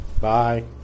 Bye